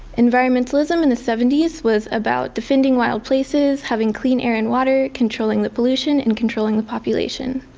environmentalism in the seventy s was about defending wild places, having clean air and water, controlling the pollution, and controlling the population.